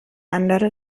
andere